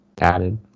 added